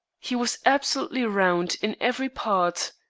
he was absolutely round in every part.